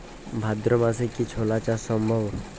ভাদ্র মাসে কি ছোলা চাষ সম্ভব?